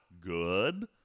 Good